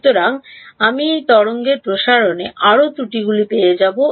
সুতরাং আমি এই তরঙ্গের প্রসারণে আরও ত্রুটি পেয়ে যাব